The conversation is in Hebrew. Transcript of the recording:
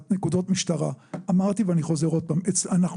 דיברת